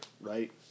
right